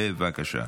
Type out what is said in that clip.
בבקשה.